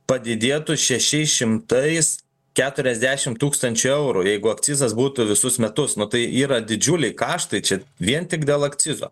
padidėtų šešias šimtais keturiasdešim tūkstančių eurų jeigu akcizas būtų visus metus nu tai yra didžiuliai kaštai čia vien tik dėl akcizo